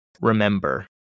remember